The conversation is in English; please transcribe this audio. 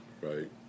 right